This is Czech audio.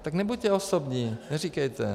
Tak nebuďte osobní, neříkejte.